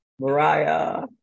Mariah